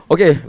Okay